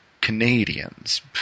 Canadians